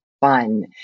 fun